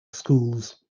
schools